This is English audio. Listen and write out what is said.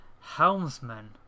helmsman